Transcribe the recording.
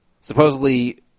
Supposedly